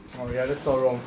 oh ya that's not wrong